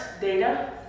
data